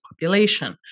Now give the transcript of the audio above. population